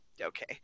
okay